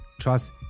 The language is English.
trust